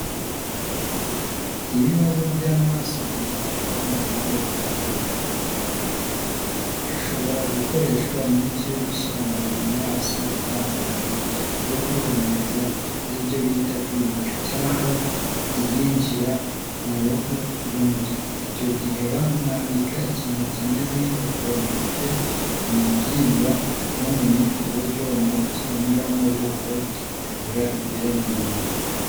Ibibazo by'amaso byitabwaho mu buryo butandukanye, hashobora gukoreshwa imiti yo gushyira mu maso itandukanye, iyo kwihumuza aribyo bita kwiyuka cyangwa iyinjirira mu ruhu rw'umutwe, icyo gihe bamwambika ikintu kimeze nk'ikigofero gifite umubyimba munini, ku buryo umuti unyuramo buhoro, ukagera imbere mu mubiri.